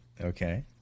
okay